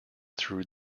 through